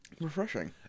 Refreshing